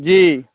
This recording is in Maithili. जी